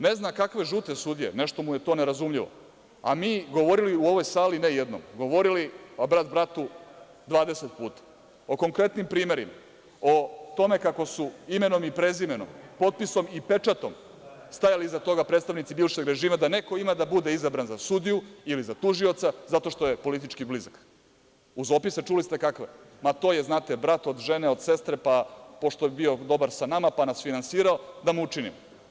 Ne zna kakve žute sudije, nešto mu je to nerazumljivo, a mi govorili u ovoj sali, ne jednom, govorili, pa brat bratu, 20 puta o konkretnim primerima, o tome kako su imenom i prezimenom, potpisom i pečatom stajali iza toga predstavnici bivšeg režima da neko ima da bude izabran za sudiju ili za tužioca zato što je politički blizak, uz opise, čuli ste kakve – To je brat od žene, od sestre, pa pošto je bio dobar sa nama, pa nas je finansirao, da mu učinimo.